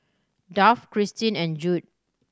Duff Kristyn and Jude